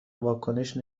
واکنش